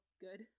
good